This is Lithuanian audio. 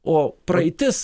o praeitis